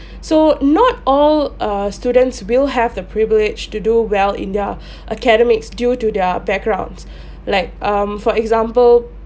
so not all err students will have the privilege to do well in their academics due to their backgrounds like um for example